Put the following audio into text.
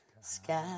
sky